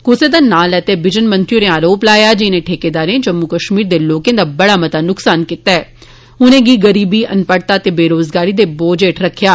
कुसा दा नांऽ लैते बिजन मंत्री होरें आरोप लाया जे इनें ठेकेदारें जम्मू कश्मीर दे लोकें दा बड़ा नुक्सान कीता ऐ ते उनें'गी गरीबी अनपढ़ता ते बेरोज़गारी दे बोझ हेठ रक्खेआ